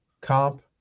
comp